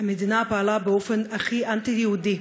המדינה פעלה באופן הכי אנטי-יהודי,